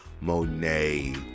Monet